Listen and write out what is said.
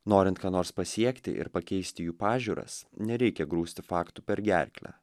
norint ką nors pasiekti ir pakeisti jų pažiūras nereikia grūsti faktų per gerklę